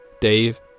Dave